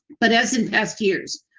but as in past years,